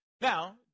Now